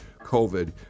COVID